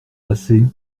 passés